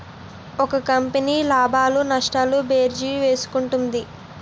ఒక కంపెనీ లాభాలు నష్టాలు భేరీజు వేసుకుంటుంది